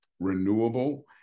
renewable